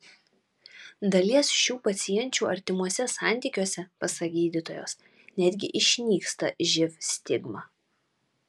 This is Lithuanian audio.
dalies šių pacienčių artimuose santykiuose pasak gydytojos netgi išnyksta živ stigma